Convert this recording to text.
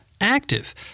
active